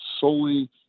solely